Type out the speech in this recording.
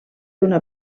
una